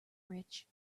rich